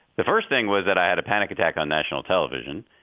the first thing was that i had a panic attack on national television.